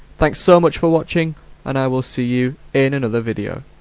thanks so much for watching and i will see you in another video!